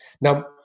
Now